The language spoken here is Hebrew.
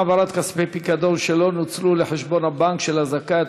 העברת כספי פיקדון שלא נוצלו לחשבון הבנק של הזכאי),